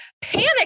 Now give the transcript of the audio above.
Panic